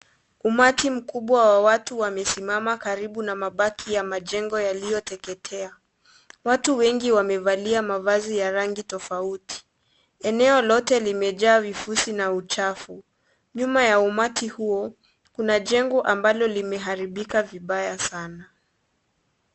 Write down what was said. Umati mkubwa wa watu wamesimama karibu na mabaki ya majengo yaliyo teketea, watu wengi wamevalia mavazi ya rangi tofauti, eneo lote limejaa vifusi na uchafu, nyuma ya umati huo kuna jengo ambalo limeharibika vibaya sana.